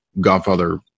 godfather